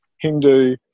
Hindu